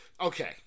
Okay